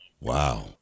Wow